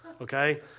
Okay